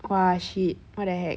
!wah! shit what the heck